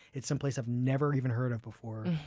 it's some place i've never even heard of before.